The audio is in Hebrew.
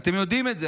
אתם יודעים את זה,